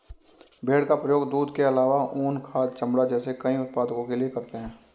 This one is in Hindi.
भेड़ का प्रयोग दूध के आलावा ऊन, खाद, चमड़ा जैसे कई उत्पादों के लिए करते है